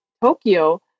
Tokyo